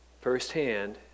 firsthand